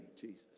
Jesus